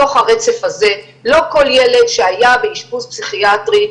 בתוך הרצף הזה לא כל ילד שהיה באשפוז פסיכיאטרי,